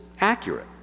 accurate